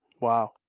wow